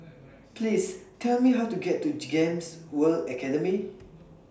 Please Tell Me How to get to G Gems World Academy